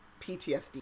PTSD